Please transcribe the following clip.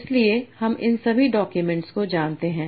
इसलिए हम इन सभी डाक्यूमेंट्स को जानते हैं